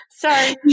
Sorry